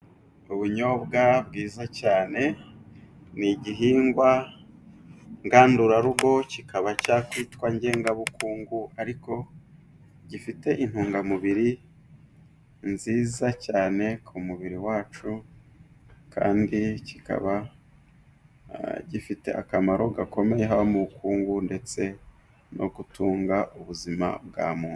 Ubunyobwa bwiza cyane ni igihingwa ngandurarugo kikaba cyakwitwa ngengabukungu ariko gifite intungamubiri nziza cyane ku mubiri wacu, kandi kikaba gifite akamaro gakomeye haba mu bukungu, ndetse no gutunga ubuzima bwa muntu.